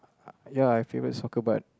ya I favourite soccer but